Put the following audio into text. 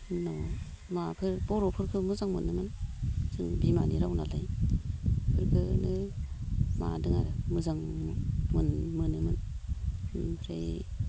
उनावहाय माबाफोर बर'फोरखो मोजां मोनोमोन जों बिमानि राव नालाय एफोरखोनो माबादों आरो मोजां मोनोमोन ओमफ्राय